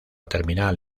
terminal